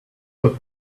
for